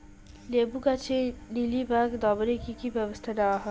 লেবু গাছে মিলিবাগ দমনে কী কী ব্যবস্থা নেওয়া হয়?